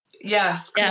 Yes